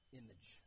image